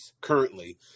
currently